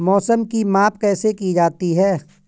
मौसम की माप कैसे की जाती है?